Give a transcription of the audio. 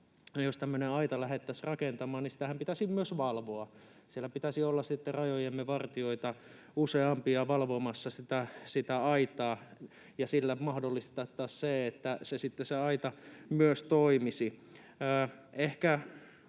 Jos tämmöinen aita lähdettäisiin rakentamaan, niin sitähän pitäisi myös valvoa. Siellä pitäisi olla sitten rajojemme vartijoita useampia valvomassa sitä aitaa, ja sillä mahdollistettaisiin se, että se aita myös toimisi.